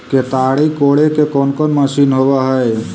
केताड़ी कोड़े के कोन मशीन होब हइ?